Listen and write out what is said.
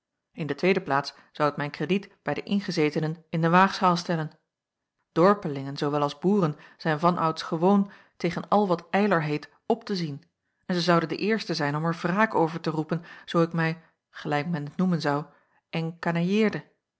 in de tweede plaats zou het mijn krediet bij de ingezetenen in de waagschaal stellen dorpelingen zoowel als boeren zijn vanouds gewoon tegen al wat eylar heet op te zien en zij zouden de eersten zijn om er wraak over te roepen zoo ik mij gelijk men t noemen zou encanailleerde